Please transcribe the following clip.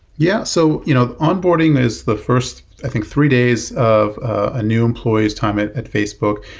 yeah. so you know onboarding is the first, i think, three days of a new employee's time at at facebook,